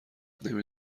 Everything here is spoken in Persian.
نمی